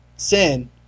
sin